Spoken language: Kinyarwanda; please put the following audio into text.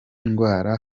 ndwara